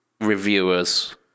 reviewers